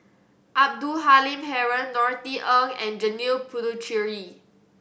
Abdul Halim Haron Norothy Ng and Janil Puthucheary